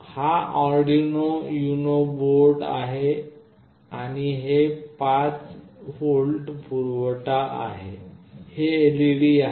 हा Arduino Uno board आहे आणि हे 5V पुरवठा आहे आणि हे LED आहे